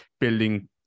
building